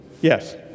Yes